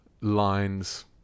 lines